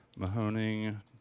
Mahoning